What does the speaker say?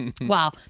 Wow